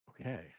Okay